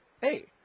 hey